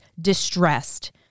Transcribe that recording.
distressed